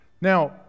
Now